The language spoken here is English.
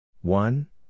one